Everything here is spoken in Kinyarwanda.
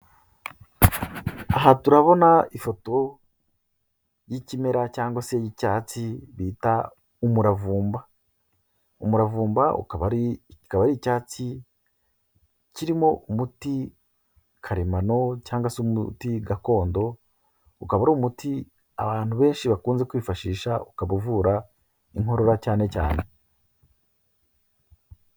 Aha turabona ifoto y'ikimera cyangwa se y'icyatsi bita umuravumba. Umuravumba ukaba ari ukaba ari icyatsi kirimo umuti karemano cyangwa se umuti gakondo, ukaba uri umuti abantu benshi bakunze kwifashisha ukaba uvura inkorora cyane cyane.